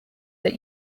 that